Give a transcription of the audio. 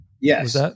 yes